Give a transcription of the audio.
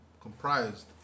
comprised